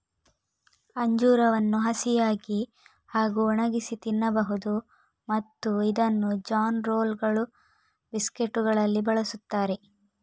ಅಂಜೂರವನ್ನು ಹಸಿಯಾಗಿ ಹಾಗೂ ಒಣಗಿಸಿ ತಿನ್ನಬಹುದು ಮತ್ತು ಇದನ್ನು ಜಾನ್ ರೋಲ್ಗಳು, ಬಿಸ್ಕೆಟುಗಳಲ್ಲಿ ಬಳಸುತ್ತಾರೆ